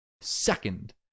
second